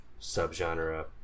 subgenre